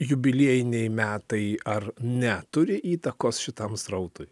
jubiliejiniai metai ar ne turi įtakos šitam srautui